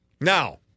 Now